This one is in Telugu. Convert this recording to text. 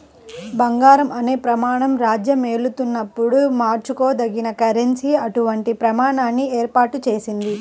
బంగారం అనే ప్రమాణం రాజ్యమేలుతున్నప్పుడు మార్చుకోదగిన కరెన్సీ అటువంటి ప్రమాణాన్ని ఏర్పాటు చేసింది